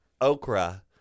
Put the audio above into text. okra